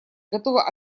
готова